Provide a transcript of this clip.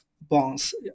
bonds